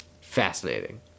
fascinating